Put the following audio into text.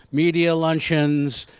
media luncheons.